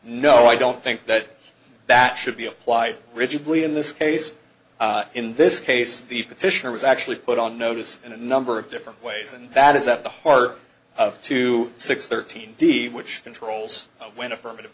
no i don't think that that should be applied rigidly in this case in this case the petition was actually put on notice in a number of different ways and that is at the heart of two six thirteen d which controls when affirmative